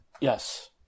Yes